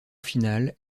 final